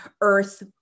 Earth